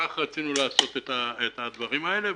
כך רצינו לעשות את הדברים האלה.